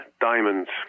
Diamonds